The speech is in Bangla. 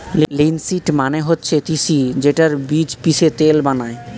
লিনসিড মানে হচ্ছে তিসি যেইটার বীজ পিষে তেল বানায়